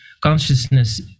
consciousness